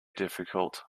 difficult